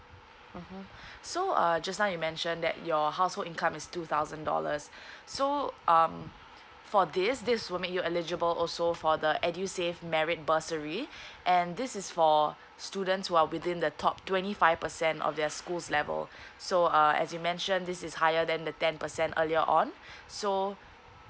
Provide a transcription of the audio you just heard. mmhmm so uh just now you mention that your household income is two thousand dollars so um for this this will make you eligible also for the edusave married bursary and this is for students who are within the top twenty five percent of their schools level so uh as you mentioned this is higher than the ten percent earlier on so